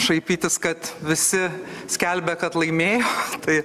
šaipytis kad visi skelbia kad laimėjo tai